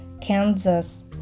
Kansas